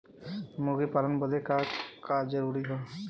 मुर्गी पालन बदे का का जरूरी ह?